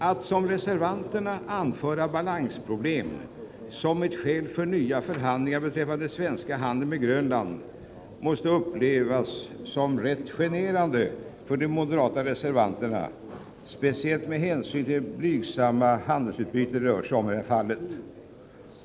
Att anföra balansproblem som ett skäl för nya förhandlingar beträffande den svenska handeln med Grönland måste upplevas som rätt generande för de moderata reservanterna, speciellt med hänsyn till det blygsamma handelsutbyte det rör sig om i detta fall.